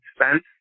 expense